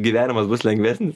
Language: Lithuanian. gyvenimas bus lengvesnis